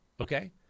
Okay